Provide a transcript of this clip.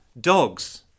dogs